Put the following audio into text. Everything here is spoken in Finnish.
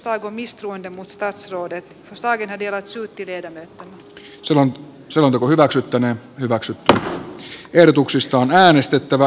kuultuaan hallituksen vastauksen eduskunta toteaa että hallitus on toiminut kuntauudistuksessa hyvän valmistelutavan vastaisesti laiminlyödessään parlamentaarisen yhteistyön asiassa